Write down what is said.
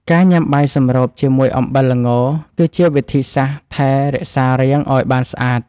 ការញ៉ាំបាយសម្រូបជាមួយអំបិលល្ង គឺជាវិធីសាស្ត្រថែរក្សារាងឱ្យបានស្អាត។